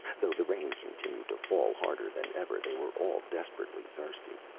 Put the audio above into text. though the rain continued to fall, harder than ever, they were all desperately thirsty.